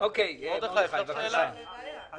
אני חושב שזה פעולה חשובה.